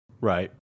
Right